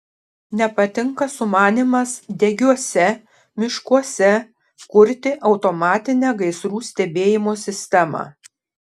nepatinka sumanymas degiuose miškuose kurti automatinę gaisrų stebėjimo sistemą